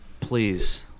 Please